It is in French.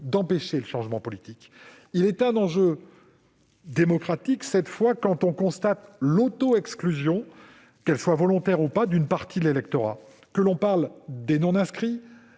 d'empêcher le changement politique. Il est un enjeu démocratique, quand on constate l'autoexclusion, qu'elle soit volontaire ou pas, d'une partie de l'électorat, que l'on parle des non-inscrits,